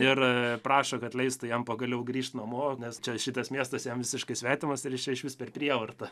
ir prašo kad leistų jam pagaliau grįšt namo nes čia šitas miestas jam visiškai svetimas ir jis čia išvis per prievartą